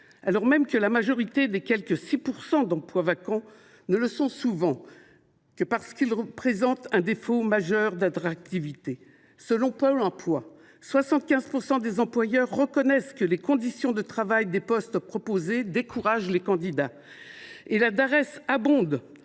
alors même que la majorité des quelque 6 % d’emplois vacants le sont souvent parce qu’ils présentent un défaut majeur d’attractivité. Selon Pôle emploi, 75 % des employeurs reconnaissent que les conditions de travail des postes proposés découragent les candidats. La Dares abonde